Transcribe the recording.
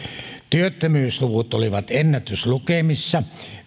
työttömyysluvut olivat ennätyslukemissa